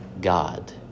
God